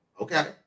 okay